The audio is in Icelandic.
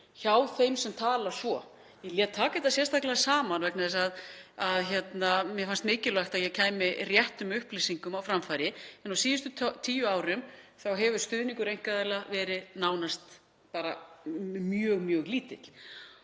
hjá þeim sem svo tala. Ég lét taka þetta sérstaklega saman vegna þess að mér fannst mikilvægt að ég kæmi réttum upplýsingum á framfæri, en á síðustu tíu árum hefur stuðningur einkaaðila verið mjög lítill.